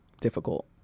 difficult